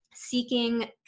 Seeking